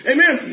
Amen